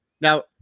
Now